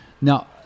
Now